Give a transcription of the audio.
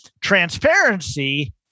Transparency